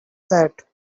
that